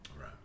Right